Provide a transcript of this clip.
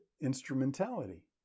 instrumentality